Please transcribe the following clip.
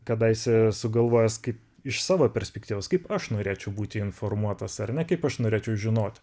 kadaise sugalvojus kaip iš savo perspektyvos kaip aš norėčiau būti informuotas ar ne kaip aš norėčiau žinot